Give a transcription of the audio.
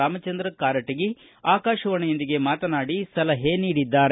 ರಾಮಚಂದ್ರ ಕಾರಟಗಿ ಆಕಾಶವಾಣಿಯೊಂದಿಗೆ ಮಾತನಾಡಿ ಸಲಹೆ ನೀಡಿದರು